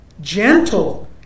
gentle